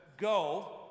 go